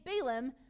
Balaam